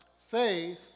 faith